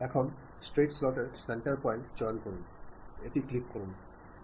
এখন স্ট্রেইট স্লটের centre point চয়ন করুন ক্লিক করুন